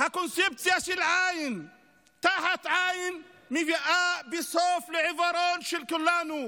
הקונספציה של עין תחת עין מביאה בסוף לעיוורון של כולנו.